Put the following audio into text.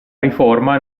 riforma